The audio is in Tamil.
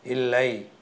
இல்லை